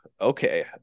okay